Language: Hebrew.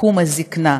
לתחום הזקנה.